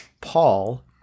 Paul